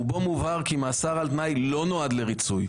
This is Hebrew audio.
ובו מובהר כי מאסר על תנאי לא נועד לריצוי,